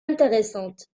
intéressantes